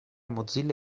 mozilla